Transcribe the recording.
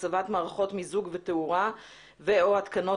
הסבת מערכות מיזוג ותאורה ו/או התקנות